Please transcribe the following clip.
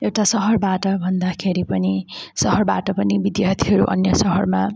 एउटा सहरबाट भन्दाखेरि पनि सहरबाट पनि विद्यार्थीहरू अन्य सहरमा